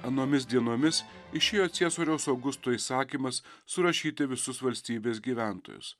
anomis dienomis išėjo ciesoriaus augusto įsakymas surašyti visus valstybės gyventojus